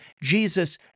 Jesus